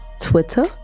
Twitter